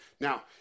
Now